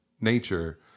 nature